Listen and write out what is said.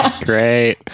Great